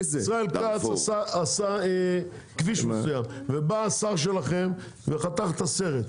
ישראל כץ בנה כביש מסוים ואז בא שר שלכם וחתך את הסרט,